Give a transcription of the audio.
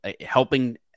helping